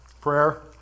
Prayer